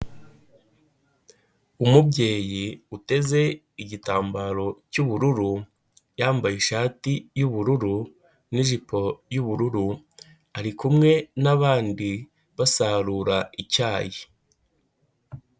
Umubyeyi uteze igitambaro cy'ubururu, yambaye ishati y'ubururu n'ijipo y'ubururu, ari kumwe n'abandi basarura icyayi.